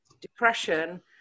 depression